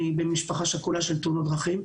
אני בת משפחה שכולה של תאונת דרכים,